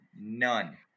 none